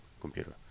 computer